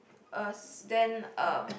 uh then um